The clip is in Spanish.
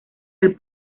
del